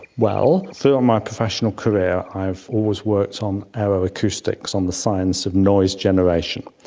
well, through all my professional career i've always worked on aeroacoustics, on the science of noise generation.